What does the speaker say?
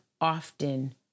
often